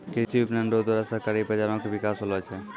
कृषि विपणन रो द्वारा सहकारी बाजारो के बिकास होलो छै